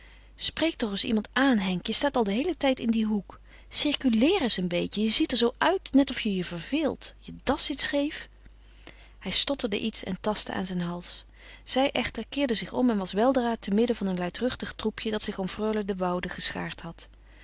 spreek toch eens iemand aan henk je staat al den heelen tijd in dien hoek circuleer eens een beetje je ziet er zoo uit net of je je verveelt je das zit scheef hij stotterde iets en tastte aan zijn hals zij echter keerde zich om en was weldra te midden van een luidruchtig troepje dat zich om freule de woude geschaard had